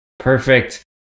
Perfect